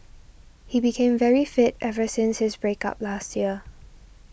he became very fit ever since his break up last year